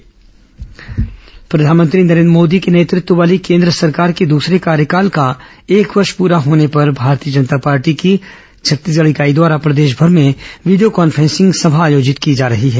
Bhajpa video conferencing सभा प्रधानमंत्री नरेन्द्र मोदी के नेतृत्व वाली केन्द्र सरकार के दूसरे कार्यकाल का एक वर्ष पूरा होने पर भारतीय जनता पार्टी की छत्तीसगढ़ इकाई द्वारा प्रदेशमर में वीडियो कॉन्फ्रेंसिंग समा आयोजित की जा रही हैं